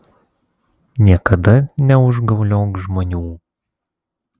niekada neužgauliok žmonių